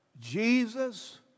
Jesus